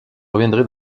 reviendrai